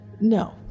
No